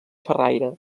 xerraire